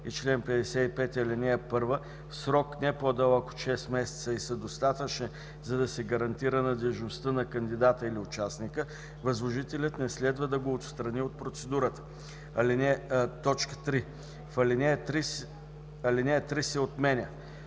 и чл. 55, ал. 1 в срок не по-дълъг от 6 месеца и са достатъчни, за да се гарантира надеждността на кандидата или участника, възложителят не следва да го отстрани от процедурата. 3. Алинея 3 се отменя.